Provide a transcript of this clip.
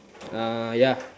uh ya